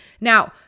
Now